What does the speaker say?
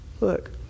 Look